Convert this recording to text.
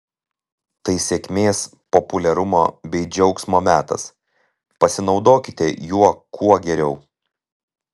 tai sėkmės populiarumo bei džiaugsmo metas pasinaudokite juo kuo geriau